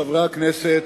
חברי הכנסת,